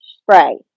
spray